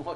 הכנסה